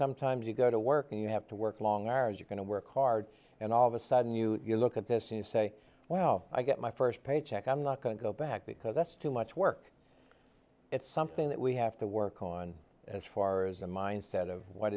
sometimes you go to work and you have to work long hours you're going to work hard and all of a sudden you look at this and say well i got my first paycheck i'm not going to go back because that's too much work it's something that we have to work on as far as the mindset of what